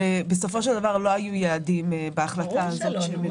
בסופו של דבר לא היו יעדים של אנרגיות מתחדשות בהחלטה הזאת.